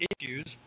issues